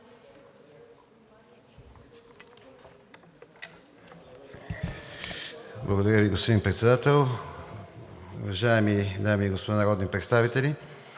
Благодаря Ви, господин Председател. Уважаеми дами и господа народни представители!